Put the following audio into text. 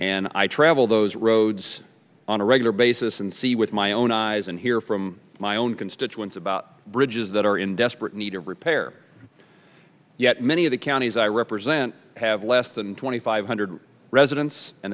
and i travel those roads on a regular basis and see with my own eyes and hear from my own constituents about bridges that are in desperate need of repair yet many of the counties i represent have less than twenty five hundred residents and